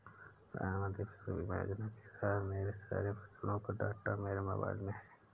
प्रधानमंत्री फसल बीमा योजना के तहत मेरे सारे फसलों का डाटा मेरे मोबाइल में है